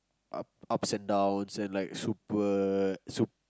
up side down send like super soup